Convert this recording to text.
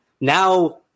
now –